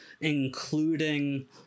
including